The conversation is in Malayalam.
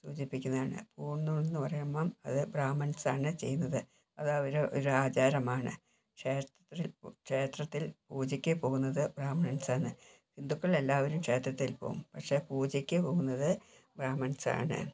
സൂചിപ്പിക്കുന്നതാണ് പൂണൂൽ എന്നു പറയുമ്പം അത് ബ്രാഹ്മിൻസ് ആണ് ചെയ്യുന്നത് അത് അവരെ ഒരു ആചാരമാണ് ക്ഷേത്രത്തിൽ പൂജയ്ക്ക് പോകുന്നത് ബ്രാഹ്മിൻസ് ആണ് ഹിന്ദുക്കൾ എല്ലാവരും ക്ഷേത്രത്തിൽ പോകും പക്ഷേ പൂജയ്ക്ക് പോകുന്നത് ബ്രാഹ്മിൻസ് ആണ്